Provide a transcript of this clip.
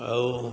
ଆଉ